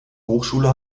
hochschule